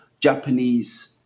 Japanese